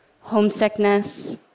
Homesickness